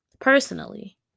personally